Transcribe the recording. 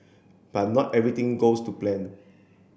but not everything goes to plan